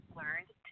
learned